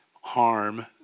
harm